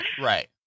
right